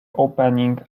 opening